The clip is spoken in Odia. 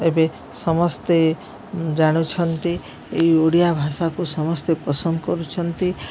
ଏବେ ସମସ୍ତେ ଜାଣୁଛନ୍ତି ଏଇ ଓଡ଼ିଆ ଭାଷାକୁ ସମସ୍ତେ ପସନ୍ଦ କରୁଛନ୍ତି